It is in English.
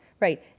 right